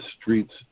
streets